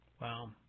Wow